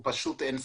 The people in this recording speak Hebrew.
הוא פשוט אין סופי.